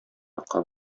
якка